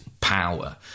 power